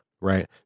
Right